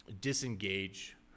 disengage